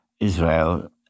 Israel